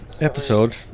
episode